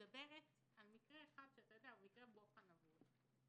מדברת על מקרה אחד, שהוא מקרה בוחן עבורי.